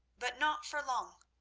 but not for long,